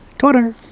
Twitter